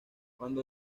cuando